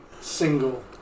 single